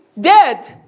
dead